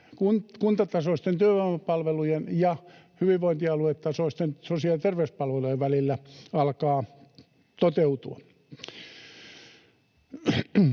kuntatasoisten työvoimapalvelujen ja hyvinvointialuetasoisten sosiaali- ja terveyspalvelujen välillä alkaa toteutua.